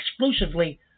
exclusively